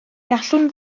gallwn